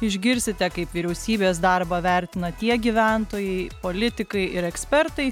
išgirsite kaip vyriausybės darbą vertina tiek gyventojai politikai ir ekspertai